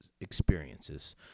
experiences